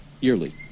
yearly